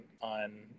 on